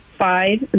Five